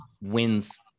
wins